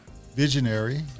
Visionary